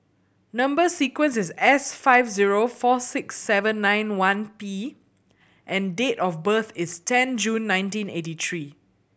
number sequence is S five zero four six seven nine one P and date of birth is ten June nineteen eighty three